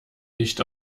nicht